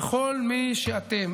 לכל מי שאתם.